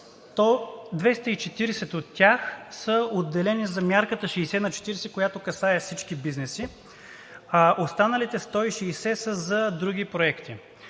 240 от тях са отделени за мярката 60/40, която касае всички бизнеси, а останалите 160 са за други проекти.